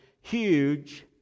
huge